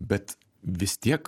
bet vis tiek